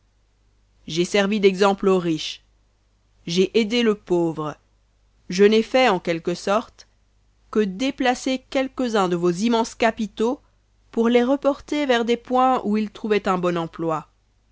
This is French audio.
j'ai servi d'exemple au riche j'ai aidé le pauvre je n'ai fait en quelque sorte que déplacer quelques-uns de vos immenses capitaux pour les reporter vers des points où ils trouvaient un bon emploi